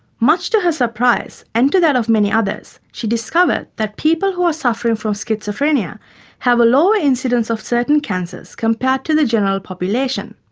much to her surprise, and to that of many others, she discovered that people who are suffering from schizophrenia have a lower incidence of certain cancers compared to the general population.